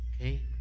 Okay